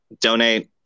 donate